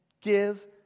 Give